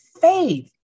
faith